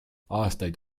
aastaid